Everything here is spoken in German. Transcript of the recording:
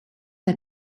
der